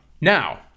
Now